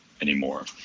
anymore